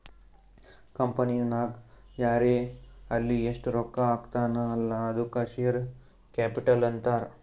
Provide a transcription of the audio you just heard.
ಕಂಪನಿನಾಗ್ ಯಾರೇ ಆಲ್ಲಿ ಎಸ್ಟ್ ರೊಕ್ಕಾ ಹಾಕ್ತಾನ ಅಲ್ಲಾ ಅದ್ದುಕ ಶೇರ್ ಕ್ಯಾಪಿಟಲ್ ಅಂತಾರ್